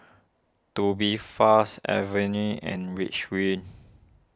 Tubifast Avene and Reach Wind